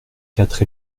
quatre